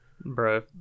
bro